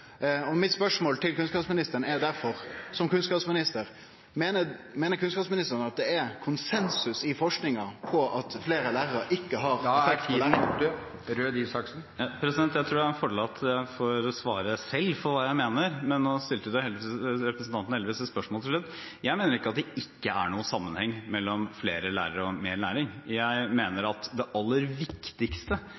kunnskapsministeren. Mitt spørsmål til kunnskapsministeren er derfor, som kunnskapsminister: Meiner kunnskapsministeren at det er konsensus i forskinga på at fleire lærarar ikkje har Tiden er ute. Jeg tror det er en fordel at jeg får svare selv for hva jeg mener, men nå stilte representanten heldigvis et spørsmål til slutt. Jeg mener ikke at det ikke er noen sammenheng mellom flere lærere og mer læring. Jeg mener